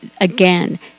again